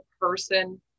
person